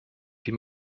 die